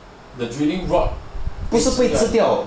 the drilling rod then